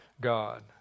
God